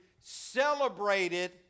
celebrated